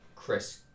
Chris